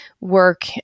work